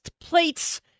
plates